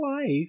life